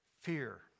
fear